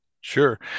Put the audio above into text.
Sure